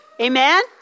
Amen